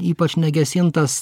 ypač negesintas